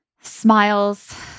smiles